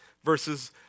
Verses